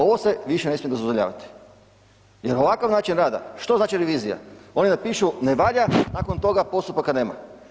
Ovo se više ne smije dozvoljavati jer ovakav način rada, što znači revizija, oni napišu ne valja, nakon toga postupaka nema.